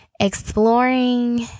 Exploring